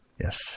Yes